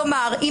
כלומר אם